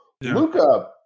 Luca